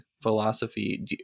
philosophy